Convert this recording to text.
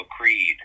Creed